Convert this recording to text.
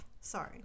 Sorry